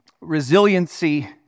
Resiliency